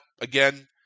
again